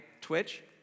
twitch